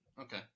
Okay